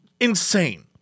insane